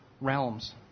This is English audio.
realms